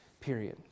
Period